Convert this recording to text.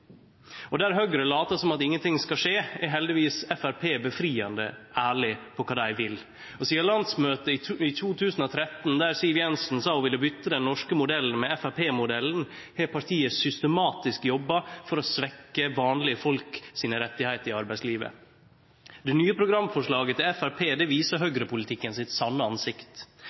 Der Høgre latar som om ingen ting skal skje, er heldigvis Framstegspartiet frigjerande ærlege på kva dei vil. Sidan landsmøtet i 2013, der Siv Jensen sa ho ville byte den norske modellen med Framstegsparti-modellen, har partiet systematisk jobba for å svekkje vanlege folks rettar i arbeidslivet. Det nye programforslaget til Framstegspartiet viser høgrepolitikken sitt sanne ansikt.